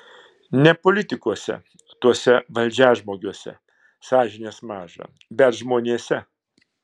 ne politikuose tuose valdžiažmogiuose sąžinės maža bet žmonėse